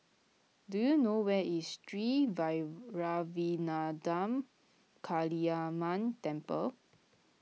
do you know where is Sri Vairavimada Kaliamman Temple